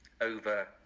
over